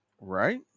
Right